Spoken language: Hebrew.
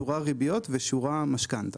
שורה ריביות ושורה משכנתא.